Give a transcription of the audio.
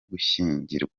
gushyingirwa